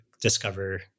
discover